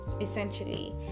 essentially